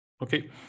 Okay